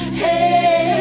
hey